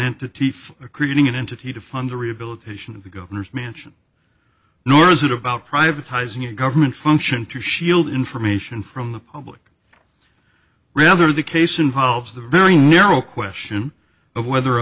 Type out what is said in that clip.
entity for creating an entity to fund the rehabilitation of the governor's mansion nor is it about privatizing a government function to shield information from the public rather the case involves the very narrow question of whether a